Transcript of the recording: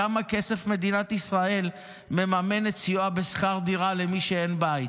כמה כסף מדינת ישראל מממנת סיוע בשכר דירה למי שאין בית?